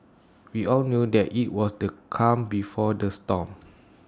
we all knew that IT was the calm before the storm